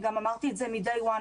אני אמרתי את זה מ-day one.